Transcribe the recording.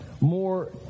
more